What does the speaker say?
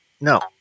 no